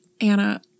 Anna